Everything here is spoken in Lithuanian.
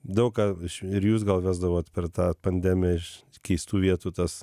daug ką ir jūs gal vesdavot per tą pandemiją iš keistų vietų tas